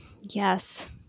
Yes